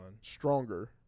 Stronger